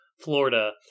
Florida